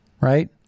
right